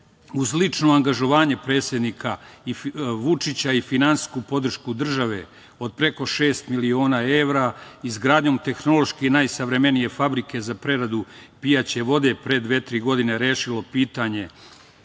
uz lično angažovanje predsednika Vučića i finansijsku podršku države od preko šest miliona evra, izgradnjom tehnološki najsavremenije fabrike za preradu pijaće vode pre dve-tri godine rešilo pitanje